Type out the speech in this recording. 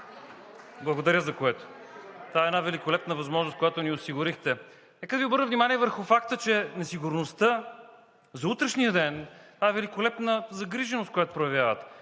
благодаря за което. Това е една великолепна възможност, която ни осигурихте. Нека Ви обърна внимание върху факта, че несигурността за утрешния ден е великолепна загриженост, която проявявате,